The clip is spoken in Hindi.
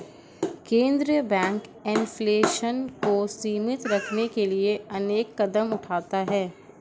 केंद्रीय बैंक इन्फ्लेशन को सीमित रखने के लिए अनेक कदम उठाता है